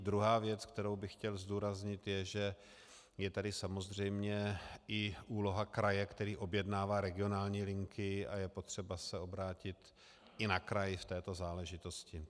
Druhá věc, kterou bych chtěl zdůraznit, je, že je tady samozřejmě i úloha kraje, který objednává regionální linky a je potřeba se obrátit i na kraj v této záležitosti.